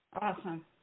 awesome